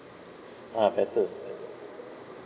ha better is that